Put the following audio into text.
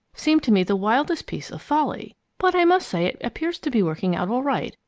seemed to me the wildest piece of folly. but i must say it appears to be working out all right,